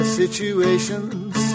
situations